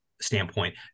standpoint